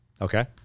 Okay